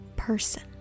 person